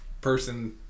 person